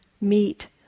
meet